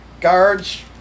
Guards